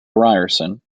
ryerson